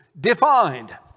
defined